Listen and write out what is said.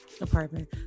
apartment